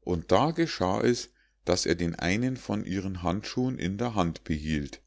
und da geschah es daß er den einen von ihren handschuhen in der hand behielt